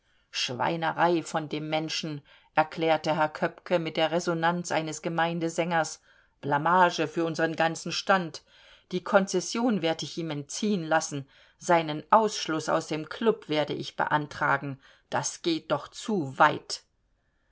schweinerei von dem menschen erklärte herr köppke mit der resonnanz eines gemeindesängers blamage für unseren ganzen stand die konzession werd ich ihm entziehen lassen seinen ausschluß aus dem klub werde ich beantragen das geht doch zu weit